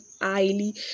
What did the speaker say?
highly